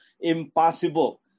impossible